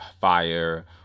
fire